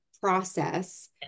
process